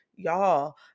Y'all